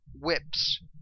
whips